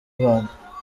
rwanda